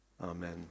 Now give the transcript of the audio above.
Amen